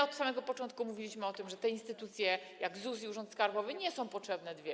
Od samego początku mówiliśmy o tym, że te instytucje - ZUS i urząd skarbowy - nie są potrzebne dwie.